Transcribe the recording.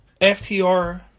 FTR